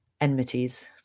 enmities